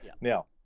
Now